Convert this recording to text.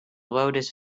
lotus